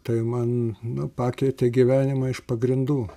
tai man pakeitė gyvenimą iš pagrindų